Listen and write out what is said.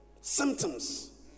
Symptoms